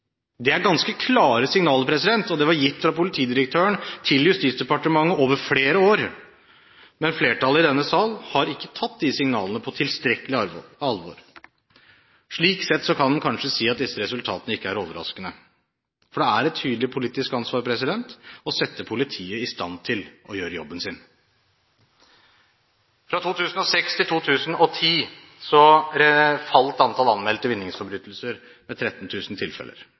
Det er ganske klare signaler. De er gitt fra politidirektøren til Justisdepartementet over flere år, men flertallet i denne sal har ikke tatt de signalene på tilstrekkelig alvor. Slik sett kan en kanskje si at disse resultatene ikke er overraskende. For det er et tydelig politisk ansvar å sette politiet i stand til å gjøre jobben sin. Fra 2006 til 2010 falt antall anmeldte vinningsforbrytelser med 13 000 tilfeller.